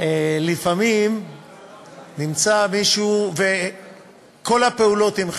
לפעמים נמצא מישהו, כל הפעולות הן חיוביות,